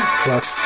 plus